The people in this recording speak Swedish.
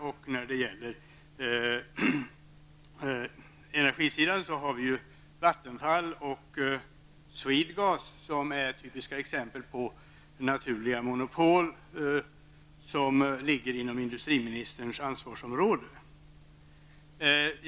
På energisidan finns Vattenfall och Swedegas, som är typiska exempel på naturliga monopol, vilka ligger inom industriministerns ansvarsområde.